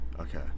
okay